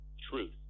truth